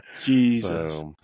Jesus